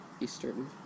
eastern